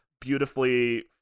beautifully